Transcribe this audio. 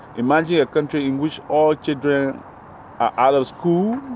imagine a country in which all children are out of school.